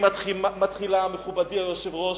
היא מתחילה, מכובדי היושב-ראש,